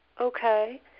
okay